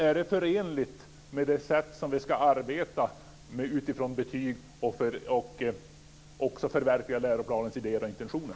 Är det förenligt med det sätt vi ska arbeta med när det gäller betyg och att förverkliga läroplanens idéer och intentioner?